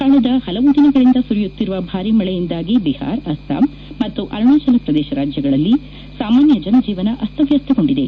ಕಳೆದ ಹಲವು ದಿನಗಳಿಂದ ಸುರಿಯುತ್ತಿರುವ ಭಾರಿ ಮಳೆಯಿಂದಾಗಿ ಬಿಹಾರ್ ಅಸ್ಲಾಂ ಮತ್ತು ಅರುಣಾಚಲ ಪ್ರದೇಶ ರಾಜ್ಯಗಳಲ್ಲಿ ಸಾಮಾನ್ಯ ಜನಜೀವನ ಅಸ್ತವಸ್ತಗೊಂಡಿದೆ